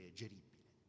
geribile